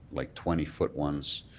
like, twenty foot ones.